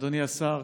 אדוני השר,